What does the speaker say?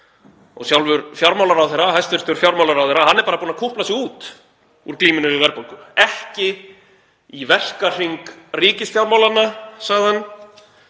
og sjálfur fjármálaráðherra, hæstv. fjármálaráðherra, hann er bara búinn að kúpla sig út úr glímunni við verðbólguna. „Ekki í verkahring ríkisfjármálanna,“ sagði hann,